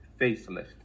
facelift